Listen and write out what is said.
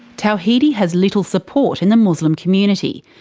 tawhidi has little support in the muslim community,